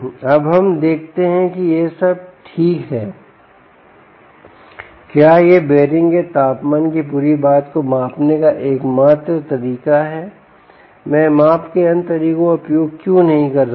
अब हम देखते हैं कि यह सब ठीक है क्या यह बीयररिंग के तापमान की पूरी बात को मापने का एकमात्र तरीका है मैं माप के अन्य तरीकों का उपयोग क्यों नहीं कर रहा हूं